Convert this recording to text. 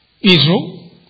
Israel